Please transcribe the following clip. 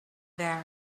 there